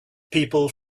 people